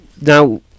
now